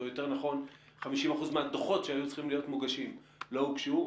או יותר נכון 50% מן הדוחות שהיו צריכים להיות מוגשים לא הוגשו.